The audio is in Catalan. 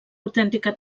autèntica